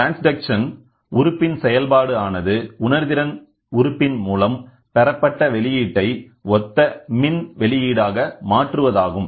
transduction உறுப்பின் செயல்பாடு ஆனது உணர்திறன் உறுப்பின் மூலம் பெறப்பட்ட வெளியீட்டை ஒத்த மின் வெளியீடாக மாற்றுவதாகும்